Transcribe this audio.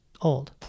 old